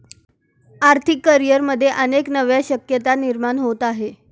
आर्थिक करिअरमध्ये अनेक नव्या शक्यता निर्माण होत आहेत